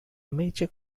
major